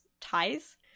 Ties